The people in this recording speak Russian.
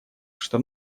что